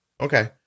Okay